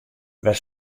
wêr